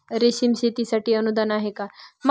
रेशीम शेतीसाठी अनुदान आहे का?